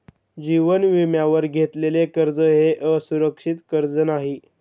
जीवन विम्यावर घेतलेले कर्ज हे असुरक्षित कर्ज नाही